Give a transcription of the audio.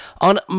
on